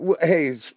hey